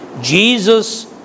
Jesus